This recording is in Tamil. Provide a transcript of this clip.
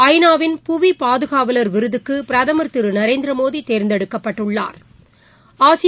ஐநா வின் புவிபாதுகாவல் விருதுக்குபிரதமா் திருநரேந்திரமோடிதோ்ந்தெடுக்கப்பட்டுள்ளாா்